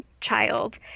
child